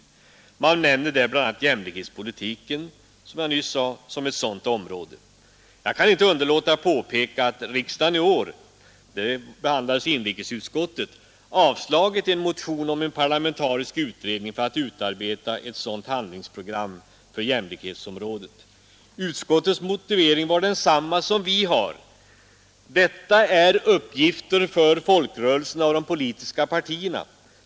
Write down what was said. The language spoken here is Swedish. Man nämner där, som jag nyss sade, bl.a. jämlikhetspolitiken som ett sådant område. Jag kan inte underlåta att påpeka att riksdagen i år avslagit en motion, behandlad i inrikesutskottet, om en parlamentarisk utredning för att utarbeta ett sådant handlingsprogram för jämlikhetsområdet. Utskottets motivering var densamma som vår — detta är uppgifter för folkrörelserna och de politiska partierna.